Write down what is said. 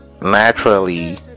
naturally